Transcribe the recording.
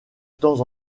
temps